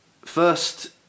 First